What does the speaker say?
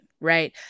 right